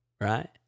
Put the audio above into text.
right